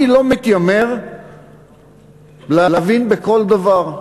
אני לא מתיימר להבין בכל דבר,